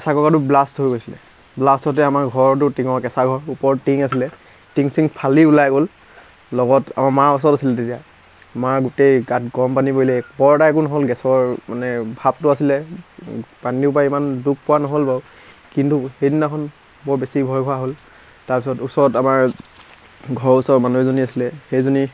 pressure কুকাৰটো blast হৈ গৈছিলে ব্লাষ্ট হওঁতে আমাৰ ঘৰটো টিঙৰ কেঁচা ঘৰটোৰ ওপৰত টিং আছিলে টিং চিং ফালি ওলাই গ'ল লগত আমাৰ মা ওচৰত আছিল তেতিয়া মাৰ গোটেই গাত গৰম পানী পৰিলে বৰ এটা একো নহ'ল গেছৰ মানে ভাপটো আছিলে পানীটোৰ পৰা ইমান দুখ পোৱা নহ'ল বাৰু কিন্তু সেইদিনাখন বৰ বেছি ভয় খোৱা হ'ল তাৰপিছত ওচৰত আমাৰ ঘৰৰ ওচৰৰ মানুহ এজনী আছিলে সেইজনী